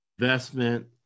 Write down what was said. investment